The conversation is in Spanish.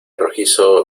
rojizo